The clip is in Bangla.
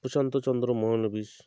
প্রশান্তচন্দ্র মহলানবিশ